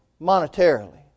monetarily